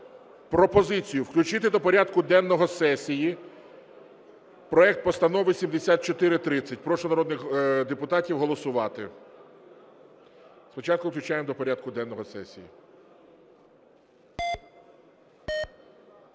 пропозицію включити до порядку денного сесії проект Постанови 7430. Прошу народних депутатів голосувати. Спочатку включаємо до порядку денного сесії.